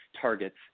targets